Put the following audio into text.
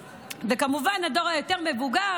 את הנשים וכמובן את הדור היותר מבוגר,